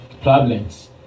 problems